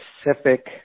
specific